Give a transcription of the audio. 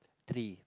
three